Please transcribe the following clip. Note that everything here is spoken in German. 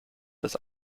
das